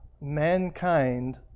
mankind